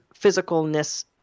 physicalness